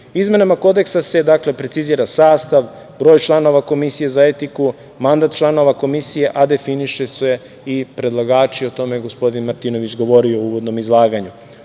celinu. Izmenama Kodeksa se precizira sastav, broj članova Komisije za etiku, mandat članova Komisije, a definišu se i predlagači, o tome je gospodin Martinović govorio u uvodnom izlaganju. Ove